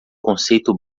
conceito